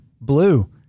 blue